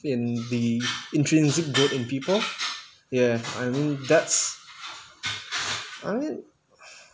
in the intrinsic good in people ya I mean that's I mean